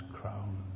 crown